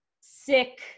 sick